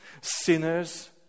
sinners